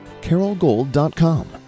carolgold.com